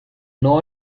know